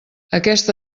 aquesta